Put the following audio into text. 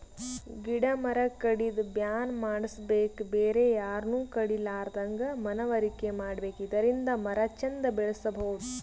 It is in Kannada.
ಗಿಡ ಮರ ಕಡ್ಯದ್ ಬ್ಯಾನ್ ಮಾಡ್ಸಬೇಕ್ ಬೇರೆ ಯಾರನು ಕಡಿಲಾರದಂಗ್ ಮನವರಿಕೆ ಮಾಡ್ಬೇಕ್ ಇದರಿಂದ ಮರ ಚಂದ್ ಬೆಳಸಬಹುದ್